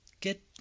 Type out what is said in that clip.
Get